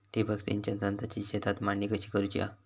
ठिबक सिंचन संचाची शेतात मांडणी कशी करुची हा?